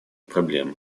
проблемы